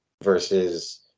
versus